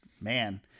Man